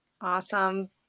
Awesome